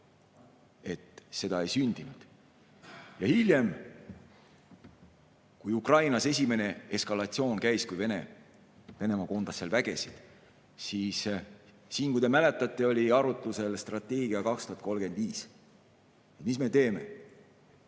et seda ei sündinud. Hiljem, kui Ukrainas esimene eskalatsioon käis, kui Venemaa koondas seal vägesid, oli siin, kui te mäletate, arutlusel strateegia [aastani] 2035. Mis me teeme? Veel